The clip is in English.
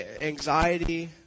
anxiety